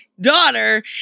daughter